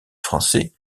français